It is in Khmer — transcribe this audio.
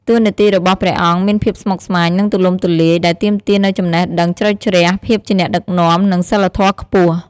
តួនាទីរបស់ព្រះអង្គមានភាពស្មុគស្មាញ និងទូលំទូលាយ ដែលទាមទារនូវចំណេះដឹងជ្រៅជ្រះ ភាពជាអ្នកដឹកនាំ និងសីលធម៌ខ្ពស់។